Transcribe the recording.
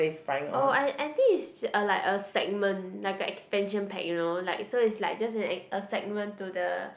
oh I I think is a like a segment like a expansion pack you know like so it's like just like a segment to the